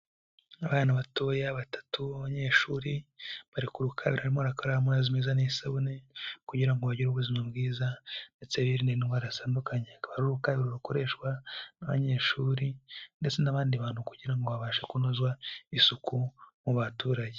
Abana batoya batatu b'abanyeshuri, bari ku rukarabiro barimo barakara amazi meza n'isabune, kugira ngo bagire ubuzima bwiza ndetse hirindwe indwara zitandukanye, abaka ari urukarabiro rukoreshwa n'abanyeshuri ndetse n'abandi bantu kugira ngo habashe kunozwa isuku mu baturage.